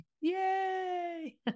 Yay